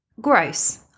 Gross